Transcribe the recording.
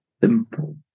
simple